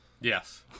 Yes